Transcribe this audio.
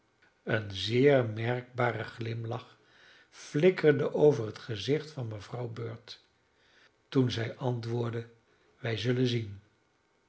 een zeer merkbare glimlach flikkerde over het gezicht van mevrouw bird toen zij antwoordde wij zullen zien